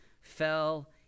fell